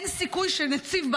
אין סיכוי שנציב,